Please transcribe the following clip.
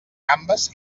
gambes